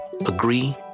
agree